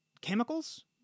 chemicals